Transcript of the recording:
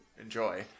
enjoy